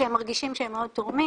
שהם מרגישים שהם מאוד תורמים,